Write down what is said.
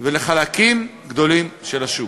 ולחלקים גדולים של השוק.